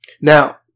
Now